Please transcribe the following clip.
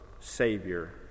Savior